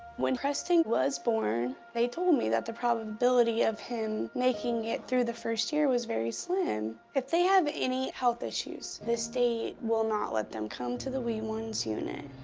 when preston was born, they told me that the probability of him making it through the first year was very slim. if they have any health issues, the state will not let them come to the wee ones unit.